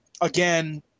again